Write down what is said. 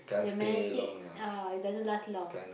the magnetic ah it doesn't last long